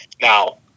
Now